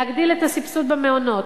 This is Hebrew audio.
להגדיל את הסבסוד במעונות,